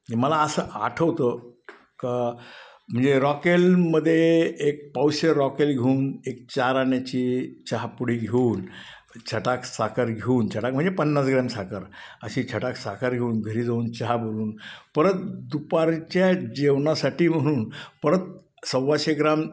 आणि मला असं आठवतं क म्हणजे रॉकेलमध्ये एक पावशेर रॉकेल घेऊन एक चार आण्याची चहापुडी घेऊन छटाक साखर घेऊन छटाक म्हणजे पन्नास ग्राम साखर अशी छटाक साखर घेऊन घरी जाऊन चहा बोलून परत दुपारच्या जेवणासाठी म्हणून परत सव्वाशे ग्राम